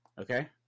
okay